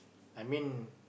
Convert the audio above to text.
I mean